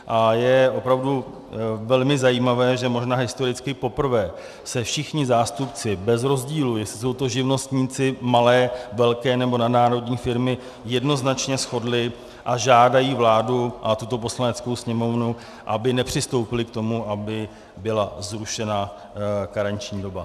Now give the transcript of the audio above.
A je opravdu velmi zajímavé, že možná historicky poprvé se všichni zástupci bez rozdílu, jestli jsou to živnostníci, malé, velké nebo nadnárodní firmy, jednoznačně shodli a žádají vládu a tuto Poslaneckou sněmovnu, aby nepřistoupily k tomu, aby byla zrušena karenční doba.